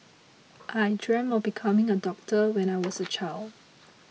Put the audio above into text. I dreamed of becoming a doctor when I was a child